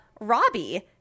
Robbie